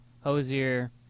Hosier